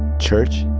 church?